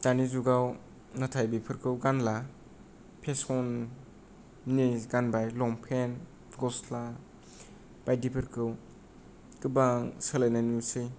दानि जुगाव नाथाय बेफोरखौ गानला फेसननि गानबाय लंफेन गस्ला बायदिफोरखौ गोबां सोलायनाय नुसै